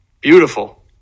Beautiful